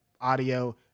audio